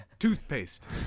toothpaste